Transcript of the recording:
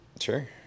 sure